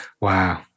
wow